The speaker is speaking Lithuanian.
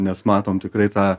nes matom tikrai tą